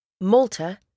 Malta